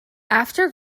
after